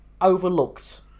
overlooked